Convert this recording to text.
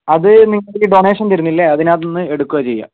അത് നിങ്ങള് ഡൊണേഷൻ തരുന്നിലെ അതിൽ നിന്ന് എടുക്കുകയാണ് ചെയ്യുക